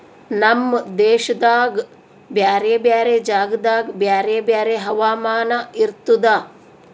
ನಮ್ ದೇಶದಾಗ್ ಬ್ಯಾರೆ ಬ್ಯಾರೆ ಜಾಗದಾಗ್ ಬ್ಯಾರೆ ಬ್ಯಾರೆ ಹವಾಮಾನ ಇರ್ತುದ